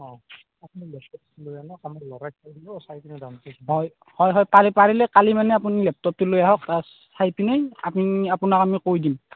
হয় হয় পাৰি পাৰিলে কালি মানে আপুনি লেপটপটো লৈ আহক চাই পিনাই আপুনি আপোনাক আমি কৈ দিম